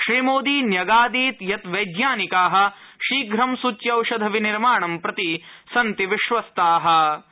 श्रीमोदी न्यागादीत् यत् वैज्ञानिकाः शीघ्रं सूच्यौषधविनिर्माणं प्रति विश्वस्ताः सन्ति